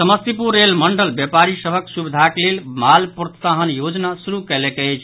Samastipur rail मंडल व्यापारी सभक सुविधाक लेल माल प्रोत्साहन योजना शुरू कयलक अछि